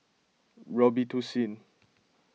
Robitussin